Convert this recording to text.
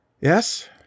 yes